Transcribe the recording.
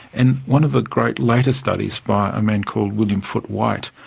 and one of the great later studies, by a man called william foote whyte,